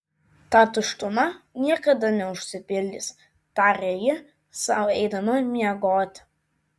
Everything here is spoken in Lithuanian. ta tuštuma niekada neužsipildys tarė ji sau eidama miegoti